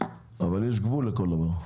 אבל יש גבול לכל דבר.